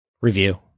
review